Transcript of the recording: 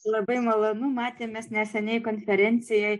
labai malonu matėmės neseniai konferencijoj